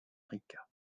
rica